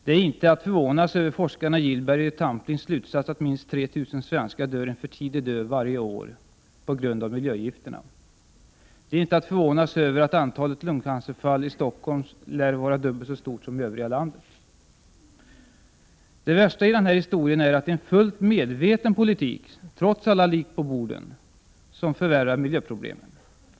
Det är inte att förvånas över forskarna Gillbergs och Tamplins slutsats att minst 3 000 svenskar dör en för tidig död varje år på grund av miljögifterna. Det är inte att förvånas över att antalet lungcancerfall i Stockholm lär vara dubbelt så stort som i övriga landet. Det värsta i den här historien är att det är en fullt medveten politik som, trots alla lik på borden, förvärrar miljöproblemen.